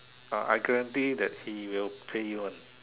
uh I guarantee that he will pay you one